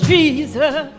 Jesus